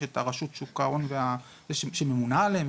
יש את רשות שוק ההון שממונה עליהם,